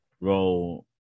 role